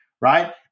right